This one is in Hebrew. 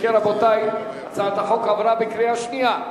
אם כן, רבותי, הצעת החוק עברה בקריאה שנייה.